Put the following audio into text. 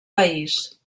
país